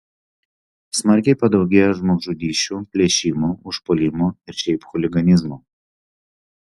smarkiai padaugėjo žmogžudysčių plėšimų užpuolimų ir šiaip chuliganizmo